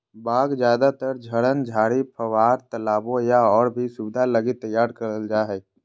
बाग ज्यादातर झरन, झाड़ी, फव्वार, तालाबो या और भी सुविधा लगी तैयार करल जा हइ